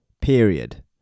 period